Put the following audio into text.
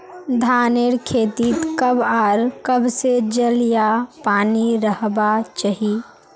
धानेर खेतीत कब आर कब से जल या पानी रहबा चही?